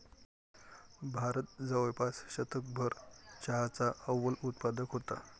भारत जवळपास शतकभर चहाचा अव्वल उत्पादक होता